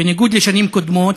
בניגוד לשנים קודמות,